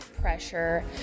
pressure